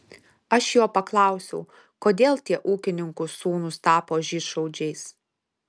aš jo paklausiau kodėl tie ūkininkų sūnūs tapo žydšaudžiais